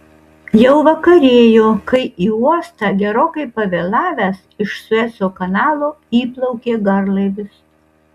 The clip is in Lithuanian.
jau vakarėjo kai į uostą gerokai pavėlavęs iš sueco kanalo įplaukė garlaivis